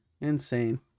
Insane